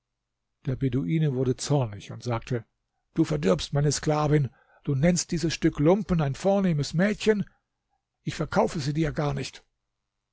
der beduine wurde zornig und sagte du verdirbst meine sklavin du nennst dieses stück lumpen ein vornehmes mädchen ich verkaufe sie dir gar nicht